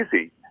easy